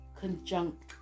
conjunct